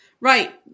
Right